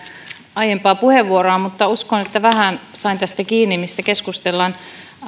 aiempaa puheenvuoroa mutta uskon että vähän sain tästä kiinni mistä keskustellaan minusta